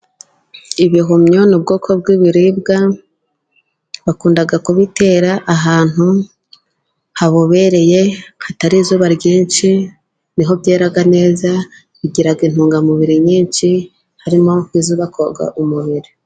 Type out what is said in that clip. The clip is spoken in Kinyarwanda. Ibihumyo ni ubwoko bw'ibiribwa, bakunda kubitera ahantu habobereye, hatari izuba ryinshi, ni ho byera neza, bigira intungamubiri nyinshi, harimo nk'izubaka umubiri.